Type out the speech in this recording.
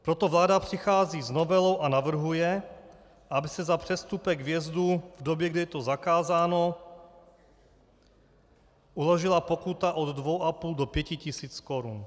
Proto vláda přichází s novelou a navrhuje, aby se za přestupek vjezdu v době, kdy je to zakázáno, uložila pokuta od dvou a půl do pěti tisíc korun.